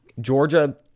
Georgia